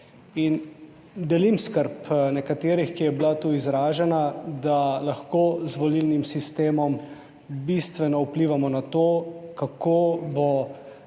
delim skrb nekaterih, ki je bila tu izražena, da lahko z volilnim sistemom bistveno vplivamo na to, kako